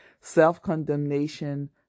Self-condemnation